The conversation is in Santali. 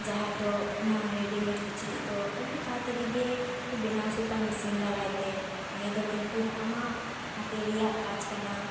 ᱟᱨ ᱡᱟᱦᱟᱸ ᱫᱚ ᱚᱱᱟ ᱨᱤᱰᱤᱢᱮᱴ ᱠᱤᱪᱨᱤᱡ ᱫᱚ ᱟᱹᱰᱤ ᱛᱟᱲᱟᱛᱟᱹᱲᱤ ᱜᱮ ᱠᱚ ᱵᱮᱱᱟᱣ ᱥᱟᱹᱛᱟ ᱢᱮᱥᱤᱱ ᱫᱟᱨᱟᱭ ᱛᱮ ᱱᱤᱭᱟᱹ ᱫᱚ ᱠᱤᱱᱛᱩ ᱟᱢᱟᱜ ᱦᱟᱛᱮᱨ ᱨᱮᱭᱟᱜ ᱠᱟᱡᱽ ᱠᱟᱱᱟ